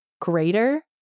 greater